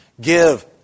give